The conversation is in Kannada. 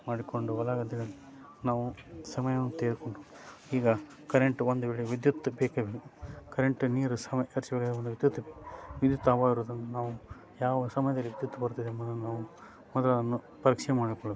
ಮಾಡಿಕೊಂಡು ಹೊಲ ಗದ್ದೆಯಲ್ಲಿ ನಾವು ಸಮಯವನ್ನು ತೆಗೆದುಕೊಂಡು ಈಗ ಕರೆಂಟ್ ಒಂದು ವೇಳೆ ವಿದ್ಯುತ್ ಬೇಕೇ ಬೇಕು ಕರೆಂಟ್ ನೀರು ವಿದ್ಯುತ್ ವಿದ್ಯುತ್ ಅಭಾವವಿರುವುದರಿಂದ ನಾವು ಯಾವ ಸಮಯದಲ್ಲಿ ವಿದ್ಯುತ್ ಬರುತ್ತದೆ ಎಂಬುದನ್ನು ನಾವು ಅದನ್ನು ಪರೀಕ್ಷೆ ಮಾಡಿಕೊಳ್ಳಬೇಕು